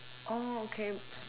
oh okay